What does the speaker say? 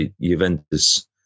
Juventus